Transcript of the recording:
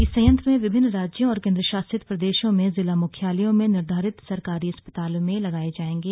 यह संयंत्र विभिन्न राज्यों और केन्द्रशासित प्रदेशों में जिला मुख्यालयों में निर्धारित सरकारी अस्पतालों में लगाए जाएंगे